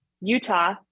Utah